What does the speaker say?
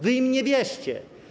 Wy im nie wierzcie.